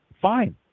Fine